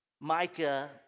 Micah